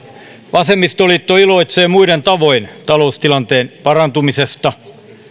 vasemmistoliitto iloitsee muiden tavoin taloustilanteen parantumisesta